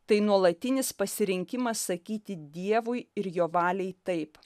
tai nuolatinis pasirinkimas sakyti dievui ir jo valiai taip